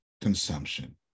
consumption